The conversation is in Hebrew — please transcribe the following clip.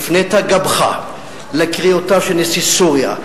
הפנית גבך לקריאותיו של נשיא סוריה,